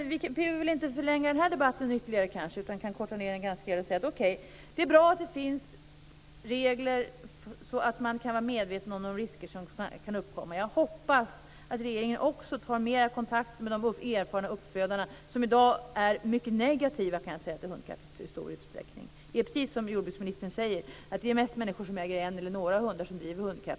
Vi behöver väl inte förlänga den här debatten ytterligare. Vi kan korta ned den och bara säga att okej, det är bra att det finns regler så att man kan vara medveten om de risker som kan uppstå. Jag hoppas att regeringen också tar mer kontakt med de erfarna uppfödare som i dag i stor utsträckning är mycket negativa, kan jag säga, till hundkapplöpning. Det är precis som jordbruksministern säger, att det är mest människor som äger en eller några hundar som driver hundkapplöpning.